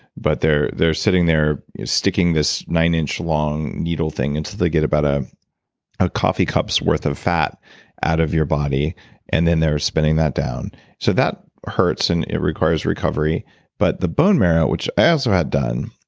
but they're they're sitting there sticking this nine inch long needle thing until they get about a ah coffee cup's worth hof fat out of your body and then they're spinning that down so that hurts and it requires recovery but the bone marrow which i also had done,